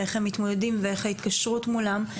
איך הם מתמודדים ואיך ההתקשרות מולם.